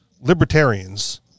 libertarians